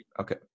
okay